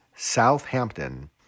Southampton